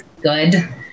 good